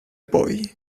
boy